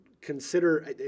Consider